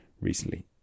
recently